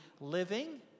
living